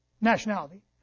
nationality